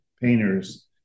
painters